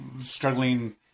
struggling